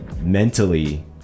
mentally